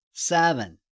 Seven